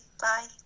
Bye